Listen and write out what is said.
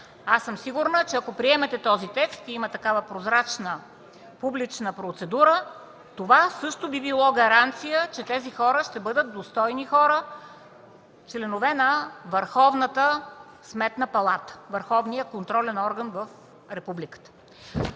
Аз съм сигурна, че ако приемете този текст и има такава прозрачна публична процедура, това също би било гаранция, че тези хора ще бъдат достойни хора, членове на Върховната Сметна палата – върховният контролен орган в Републиката.